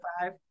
five